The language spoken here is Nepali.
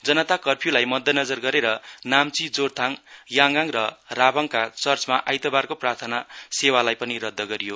जनता कर्फ्युलाई मध्यनजर गरेर नाम्ची जोरथाङ याङगाङ र राभाङका चर्चमा आइतबारको प्रार्थना सेवालाई पनि रद्द गरियो